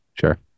Sure